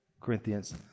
Corinthians